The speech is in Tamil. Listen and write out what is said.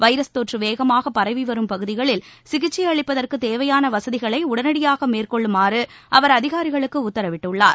வைரஸ் தொற்று வேகமாக பரவிவரும் பகுதிகளில் சிகிச்சை அளிப்பதற்கு தேவையான வசதிகளை உடனடியாக மேற்கொள்ளுமாறு அவர் அதிகாரிகளுக்கு உத்தரவிட்டுள்ளார்